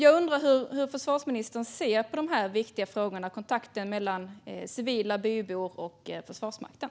Jag undrar hur försvarsministern ser på de här viktiga frågorna gällande kontakten mellan civila bybor och Försvarsmakten.